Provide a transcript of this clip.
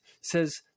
says